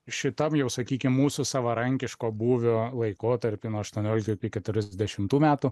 šitam jau sakykim mūsų savarankiško būvio laikotarpy nuo aštuonioliktų iki keturiasdešimtų metų